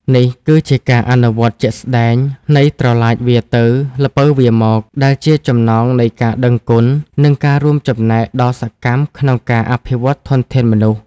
នេះគឺជាការអនុវត្តជាក់ស្តែងនៃ "ត្រឡាចវារទៅ ល្ពៅវារមក" ដែលជាចំណងនៃការដឹងគុណ និងការរួមចំណែកដ៏សកម្មក្នុងការអភិវឌ្ឍធនធានមនុស្ស។